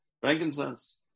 Frankincense